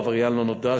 העבריין לא נמצא,